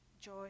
joy